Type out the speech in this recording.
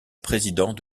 président